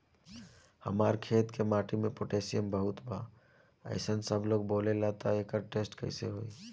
हमार खेत के माटी मे पोटासियम बहुत बा ऐसन सबलोग बोलेला त एकर टेस्ट कैसे होई?